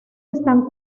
están